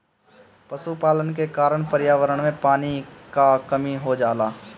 पशुपालन के कारण पर्यावरण में पानी क कमी हो जाला